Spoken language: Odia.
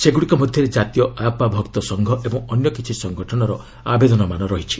ସେଗୁଡ଼ିକ ମଧ୍ୟରେ କାତୀୟ ଆୟାପ୍ସା ଭକ୍ତ ସଂଘ ଏବଂ ଅନ୍ୟ କିଛି ସଂଗଠନର ଆବେଦନ ରହିଛି